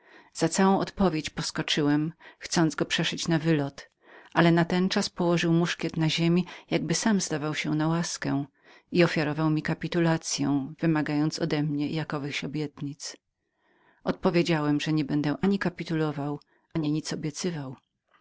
za całą odpowiedź poskoczyłem chcąc go nią przeszyć na wylot ale natenczas położył muszkiet na ziemi jakby sam zdawał się na łaskę i ofiarował mi kapitulacyę wymagając odemnie jakowychś obietnic odpowiedziałem że nie będę ani kapitulował ani nic obiecywał